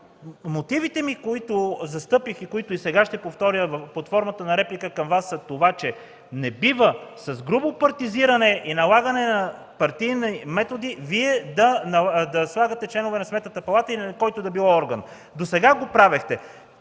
Мотивите, които застъпих, които и сега ще повторя под формата на реплика към Вас, са, че не бива с грубо партизиране и налагане на партийни методи Вие да слагате членове на Сметната палата или на който и да било орган. Досега го правехте.